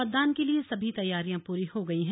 मतदान के लिए सभी तैयारियां पूरी हो गई हैं